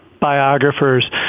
biographers